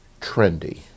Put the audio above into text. trendy